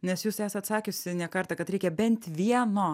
nes jūs esat sakiusi ne kartą kad reikia bent vieno